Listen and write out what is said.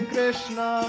Krishna